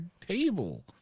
table